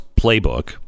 playbook